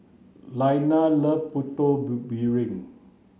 Lailah loves putu piring